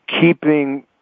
keeping